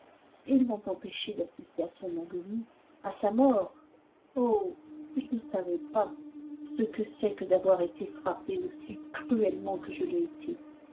ils m'ont empêché d'assister à son agonie à sa mort oh ils ne savaient pas ce que c'est que d'avoir été frappé aussi cruellement que je l'ai été